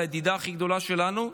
לידידה הכי גדולה שלנו.